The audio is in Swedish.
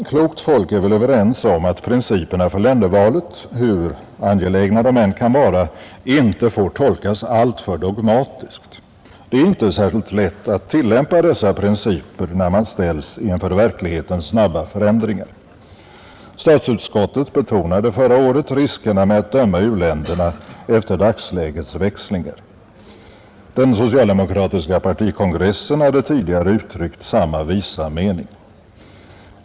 Klokt folk är väl överens om att principerna för ländervalet — hur angelägna de än kan vara — inte får tolkas alltför dogmatiskt. Det är inte särskilt lätt att tillämpa dessa principer, när man ställs inför verklighetens snabba förändringar. Statsutskottet betonade förra året riskerna med att döma u-länderna efter dagslägets växlingar. Den socialdemokratiska partikongressen hade tidigare uttryckt samma visa mening.